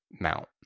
mount